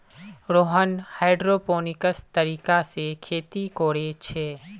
Rohan hydroponics तरीका से खेती कोरे छे